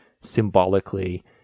symbolically